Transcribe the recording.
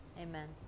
Amen